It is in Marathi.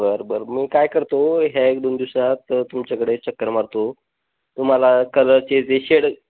बरं बरं मी काय करतो ह्या एक दोन दिवसात तुमच्याकडे चक्कर मारतो तुम्हाला कलरचे जे शेड